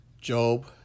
Job